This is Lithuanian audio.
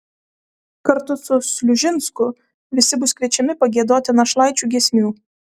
kartu su sliužinsku visi bus kviečiami pagiedoti našlaičių giesmių